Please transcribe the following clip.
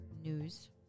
news